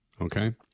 okay